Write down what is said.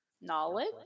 Knowledge